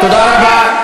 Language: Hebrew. תודה רבה.